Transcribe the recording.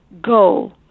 go